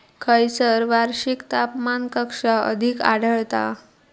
खैयसर वार्षिक तापमान कक्षा अधिक आढळता?